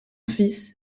fils